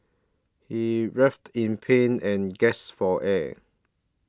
he writhed in pain and gasped for air